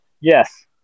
Yes